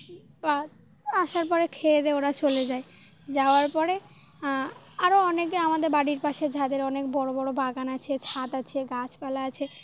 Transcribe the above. বা আসার পরে খেয়ে দিয়ে ওরা চলে যায় যাওয়ার পরে আরও অনেকে আমাদের বাড়ির পাশে যাদের অনেক বড়ো বড়ো বাগান আছে ছাদ আছে গাছপালা আছে